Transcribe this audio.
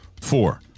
four